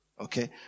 Okay